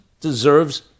deserves